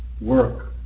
work